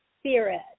Spirit